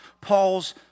Paul's